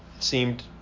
seemed